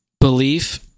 belief